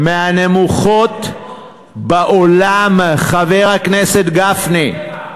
מהנמוכות בעולם, חבר הכנסת גפני.